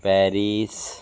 Paris